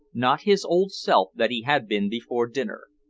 not his old self that he had been before dinner.